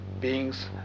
beings